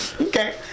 Okay